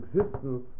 existence